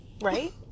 right